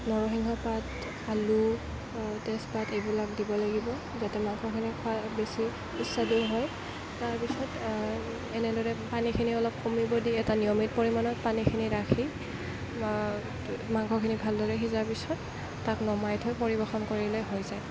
নৰসিংহৰ পাত আলু তেজপাত এইবিলাক দিব লাগিব যাতে মাংসখিনি খাই বেছি সুস্বাদু হয় তাৰপিছত এনেদৰে পানীখিনিও অলপ কমিব দি এটা নিয়মিত পৰিমাণত পানীখিনি ৰাখি মাংসখিনি ভালদৰে সিজাৰ পিছত তাক নমাই থৈ পৰিৱেশন কৰিলেই হৈ যায়